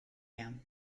iawn